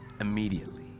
immediately